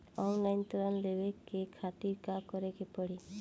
Online ऋण लेवे के खातिर का करे के पड़ी?